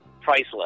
priceless